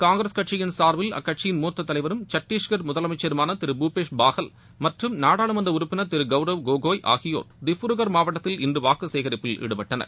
காங்கிரஸ் கட்சியின் சார்பில் அக்கட்சியின் மூத்த தலைவரும் சட்டஸ்கர் முதலமைச்சருமான திரு பூபேஷ் பாகல் மற்றும் நாடாளுமன்ற உறுப்பினர் திரு கௌரவ் கோகாய் ஆகியோர் திப்ருக்கர் மாவட்டத்தில் இன்று வாக்கு சேகரிப்பில் ஈடுபட்டனர்